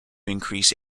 increase